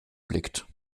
blickt